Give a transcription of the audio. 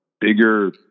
bigger